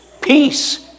peace